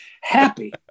happy